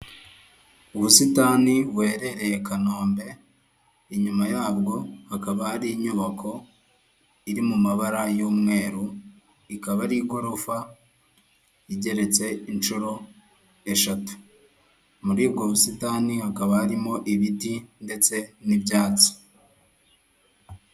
Ubusitani buherereye Kanombe, inyuma yabwo hakaba hari inyubako iri mu mabara y'umweru, ikaba ari igorofa igeretse inshuro eshatu, muri ubwo busitani hakaba harimo ibiti ndetse n'ibyatsi.